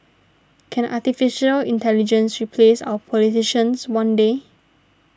can Artificial Intelligence replace our politicians one day